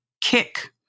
kick